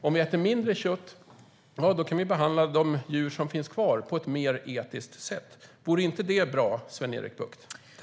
Om vi äter mindre kött kan vi behandla de djur som finns kvar på ett mer etiskt sätt. Vore inte det bra, Sven-Erik Bucht?